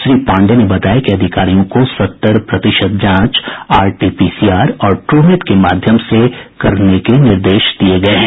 श्री पांडेय ने बताया कि अधिकारियों को सत्तर प्रतिशत जांच आरटीपीसीआर और ट्रूनेट के माध्यम से करने के निर्देश दिये गये हैं